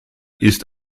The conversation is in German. ist